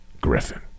Griffin